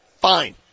Fine